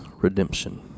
redemption